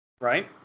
Right